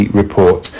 report